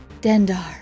Dendar